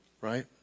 right